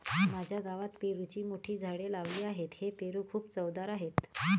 माझ्या गावात पेरूची मोठी झाडे लावली आहेत, हे पेरू खूप चवदार आहेत